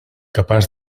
capaç